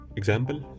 example